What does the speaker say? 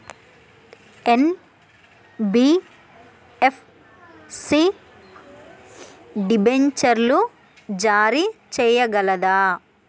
NBFC డిబెంచర్లు జారీ చేయగలదా?